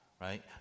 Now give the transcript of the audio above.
right